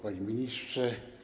Panie Ministrze!